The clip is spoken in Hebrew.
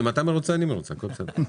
אם אתה מרוצה, אני מרוצה, הכול בסדר.